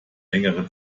längere